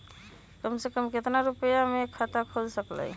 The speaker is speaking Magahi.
कम से कम केतना रुपया में खाता खुल सकेली?